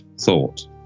thought